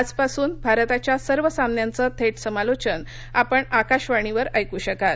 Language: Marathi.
आजपासून भारताच्या सर्व सामन्यांचं थेट समालोचन आपण आकाशवाणीवर ऐकू शकाल